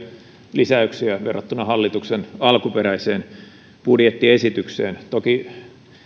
lisäyksiä verrattuna hallituksen alkuperäiseen budjettiesitykseen toki